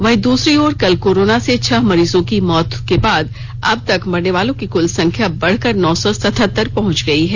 वहीं दूसरी ओर कल कोरोना से छह मरीजों की मौत के बाद अब तक मरनेवालों की कल संख्या बढ़कर नौ सौ सतहतर पहुंच गई है